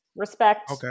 Respect